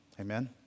Amen